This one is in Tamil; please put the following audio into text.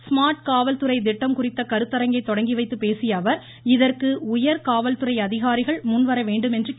ஸ்மார்ட் காவல்துறை திட்டம் குறித்த கருத்தரங்கை புதுகில்லியில் துவக்கிவைத்து பேசியஅவர் இதற்கு உயர் காவல்துறை அதிகாரிகள் முன்வர வேண்டும் என்றார்